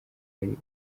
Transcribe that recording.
ari